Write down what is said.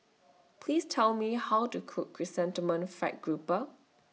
Please Tell Me How to Cook Chrysanthemum Fried Grouper